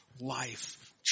life